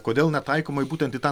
kodėl ne taikoma į būtent į tą